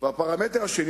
והפרמטר השני,